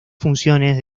funciones